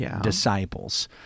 disciples